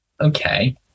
okay